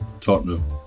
Tottenham